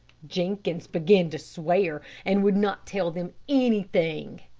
jenkins began to swear and would not tell them anything.